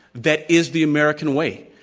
that is the american way,